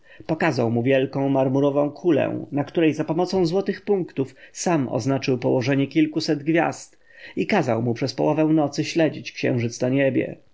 pokazał mu wielką marmurową kulę na której zapomocą złotych punktów sam oznaczył położenie kilkuset gwiazd i kazał mu przez połowę nocy śledzić księżyc na niebie